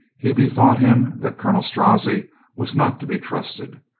he be thought him that colonel strozzi was not to be trusted.